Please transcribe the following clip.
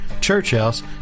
churchhouse